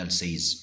says